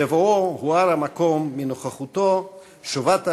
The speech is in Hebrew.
בבואו הואר המקום מנוכחותו שובת הלב,